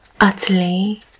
utterly